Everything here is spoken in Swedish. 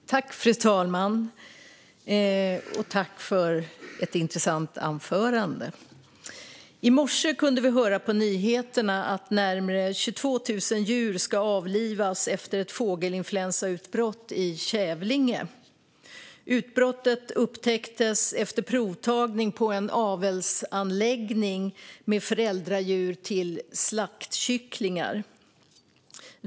Fru talman! Jag tackar Marléne Lund Kopparklint för ett intressant anförande. I morse kunde vi höra på nyheterna att närmare 22 000 djur ska avlivas efter ett fågelinfluensautbrott i Kävlinge. Utbrottet upptäcktes efter provtagning på en avelsanläggning med föräldradjur till slaktkycklingar.